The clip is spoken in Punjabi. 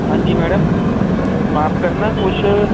ਹਾਂਜੀ ਮੈਡਮ ਮਾਫ ਕਰਨਾ ਕੁਛ